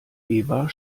eva